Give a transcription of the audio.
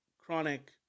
chronic